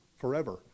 forever